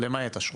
למעט אשרות.